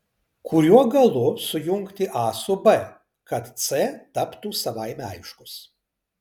kuriuo galu sujungti a su b kad c taptų savaime aiškus